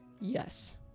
yes